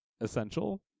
essential